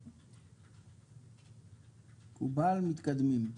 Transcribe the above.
מקובל, מתקדמים,